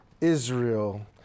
Israel